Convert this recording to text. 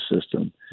system